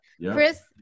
Chris